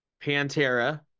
pantera